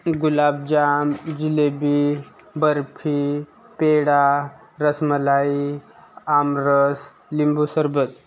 गुलाबजाम जिलेबी बर्फी पेढा रसमलाई आमरस लिंबू सरबत